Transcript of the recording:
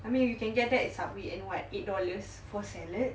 I mean you can get back that at subway at what eight dollars for salad